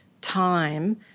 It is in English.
time